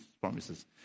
promises